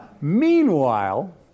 Meanwhile